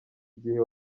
igihe